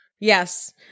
Yes